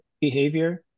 behavior